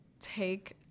take